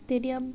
stadium